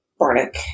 Barnick